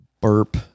burp